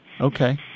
Okay